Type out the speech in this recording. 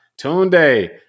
Tunde